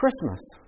Christmas